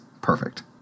perfect